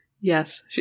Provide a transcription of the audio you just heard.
Yes